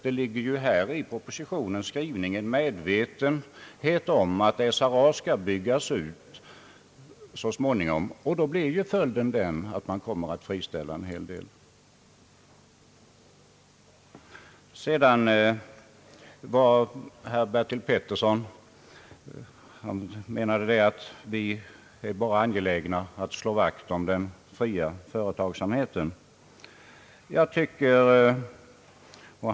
Det ligger emellertid i propositionens skrivning en medvetenhet om ait SRA så småningom skall byggas ut, och då blir följden att en betydande del av den enskilda företagsamheten friställs. Herr Bertil Petersson menade att vi bara är angelägna om att slå vakt om den fria företagsamheten.